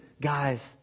guys